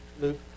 Luke